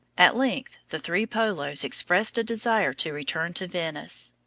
at length the three polos expressed a desire to return to venice.